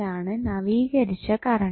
ആണ് നവീകരിച്ച കറൻറ്